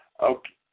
Okay